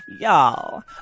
Y'all